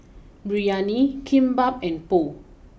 Biryani Kimbap and Pho